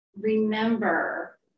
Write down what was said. remember